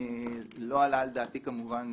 לא עלה על דעתי כמובן